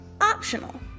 optional